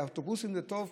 לאוטובוסים זה טוב,